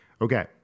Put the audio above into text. Okay